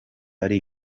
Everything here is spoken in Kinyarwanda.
ari